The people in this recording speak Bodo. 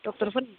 ड'क्टरफोर